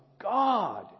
God